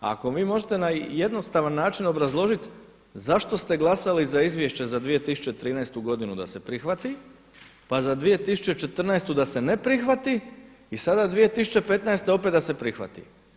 Ako vi možete na jednostavan način obrazložit zašto se glasali za Izvješće za 2013. godinu da se prihvati, pa za 2014. da se ne prihvati i sada 2015. opet da se prihvati.